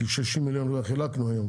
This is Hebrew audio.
כי 60 מיליון כבר חילקנו היום,